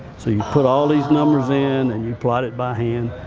so you put all these numbers in and you plot it by hand,